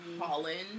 Holland